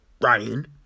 Ryan